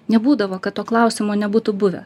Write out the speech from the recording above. nebūdavo kad to klausimo nebūtų buvę